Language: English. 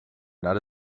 not